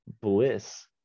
bliss